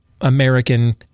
American